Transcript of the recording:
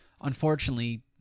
unfortunately –